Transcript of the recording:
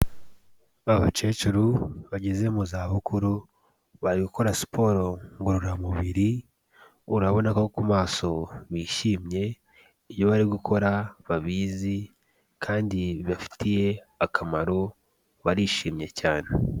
Babakecuru bageze mu zabukuru, bari gukora siporo ngororamubiri, urabona ko ku maso bishimye, ibyo bari gukora babizi kandi bibafitiye akamaro barishimye cyane.